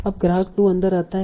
अब ग्राहक 2 अंदर आता है